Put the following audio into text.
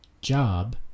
job